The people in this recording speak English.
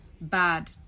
bad